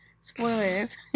Spoilers